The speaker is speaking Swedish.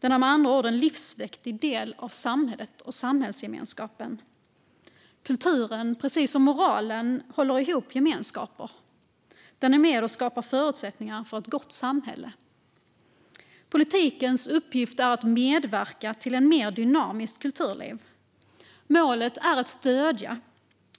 Den är med andra ord en livsviktig del av samhället och samhällsgemenskapen. Kulturen, precis som moralen, håller ihop gemenskaper. Den är med och skapar förutsättningar för ett gott samhälle. Politikens uppgift är att medverka till ett mer dynamiskt kulturliv. Målet är att stödja